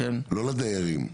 לא לדיירים.